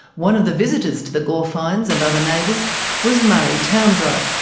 one of the visitors to the gorfines and other neighbours was murray towndrow,